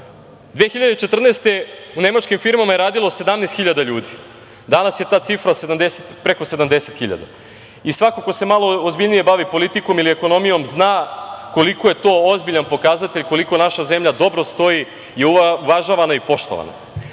2014. u nemačkim firmama je radilo 17 hiljada ljudi. Danas je ta cifra preko 70 hiljada. I svako ko se malo ozbiljnije bavi politikom ili ekonomijom zna koliko je to ozbiljan pokazatelj, koliko naša zemlja dobro stoji i koliko je uvažavana i poštovana. Ali,